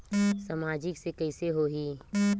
सामाजिक से कइसे होही?